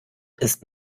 ist